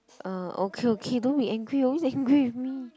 uh okay okay don't be angry always angry with me